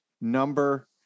number